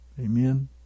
Amen